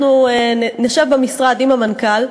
אנחנו נשב במשרד עם המנכ"ל,